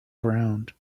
ground